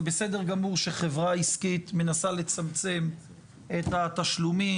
זה בסדר גמור שחברה עסקית מנסה לצמצם את התשלומים.